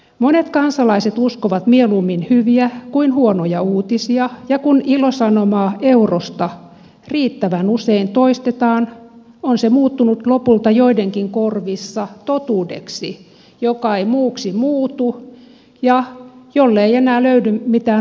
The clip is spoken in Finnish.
monet kansalaiset uskovat mieluummin hyviä kuin huonoja uutisia ja kun ilosanomaa eurosta riittävän usein toistetaan on se muuttunut lopulta joidenkin korvissa totuudeksi joka ei muuksi muutu ja jolle ei enää löydy mitään vaihtoehtoja